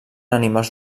animals